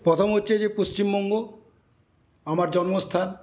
প্রথমে হচ্ছে যে পশ্চিমবঙ্গ আমার জন্মস্থান